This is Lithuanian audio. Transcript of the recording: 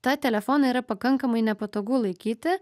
tą telefoną yra pakankamai nepatogu laikyti